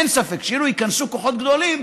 אין ספק שאם ייכנסו כוחות גדולים,